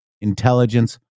intelligence